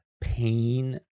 Pain